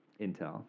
intel